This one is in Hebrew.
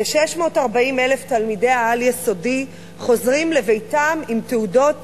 כ-640,000 תלמידי העל-יסודי חוזרים לביתם עם תעודות